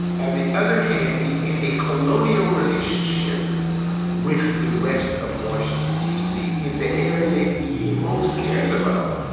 on the other hand, it's in a colonial relationship with the rest of washington, d c, in the area he most cares about,